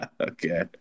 Okay